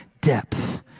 depth